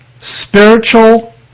spiritual